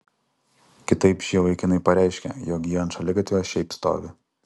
kitaip šie vaikinai pareiškia jog jie ant šaligatvio šiaip stovi